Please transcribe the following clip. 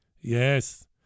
Yes